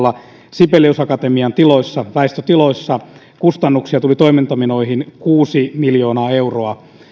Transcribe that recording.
sibelius akatemian tiloissa väistötiloissa kustannuksia tuli toimintamenoihin kuusi miljoonaa euroa